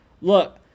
Look